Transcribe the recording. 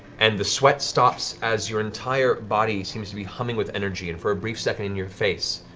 and the sweat stops as your entire body seems to be humming with energy. and for a brief second in your face,